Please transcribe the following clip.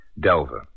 Delva